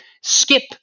skip